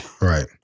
Right